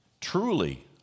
truly